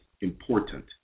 important